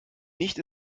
nicht